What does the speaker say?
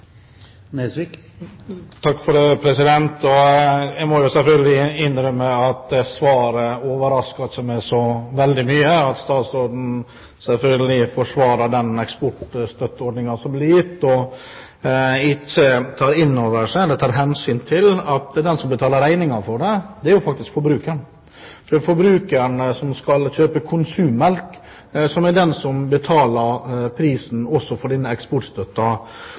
Takk for det. Jeg må selvfølgelig innrømme at det svaret ikke overrasker meg så veldig mye. Statsråden forsvarer selvfølgelig den eksportstøtteordningen som blir gitt, og tar ikke hensyn til at den som betaler regningen for det, faktisk er forbrukeren. Forbrukeren som skal kjøpe konsummelk, er den som betaler prisen også for denne eksportstøtten. Bakgrunnen for mitt spørsmål er at jeg har gått gjennom den